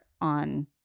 on